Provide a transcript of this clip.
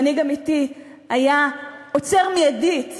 מנהיג אמיתי היה עוצר מייד את